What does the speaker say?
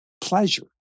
pleasure